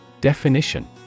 Definition